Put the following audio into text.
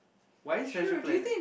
why Treasure Planet